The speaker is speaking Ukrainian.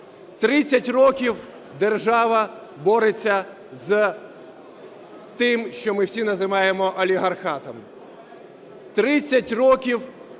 років держава бореться з тим, що ми всі називаємо олігархатом. Тридцять